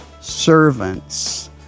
servants